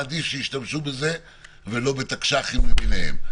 עדיף שישתמשו בזה ולא בתקש"חים למיניהם.